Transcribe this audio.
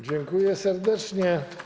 Dziękuję serdecznie.